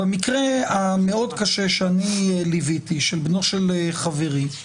במקרה המאוד קשה שאני ליוויתי, של בנו של חברי,